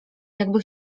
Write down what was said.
jakby